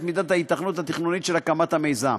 את מידת ההיתכנות התכנונית של הקמת המיזם.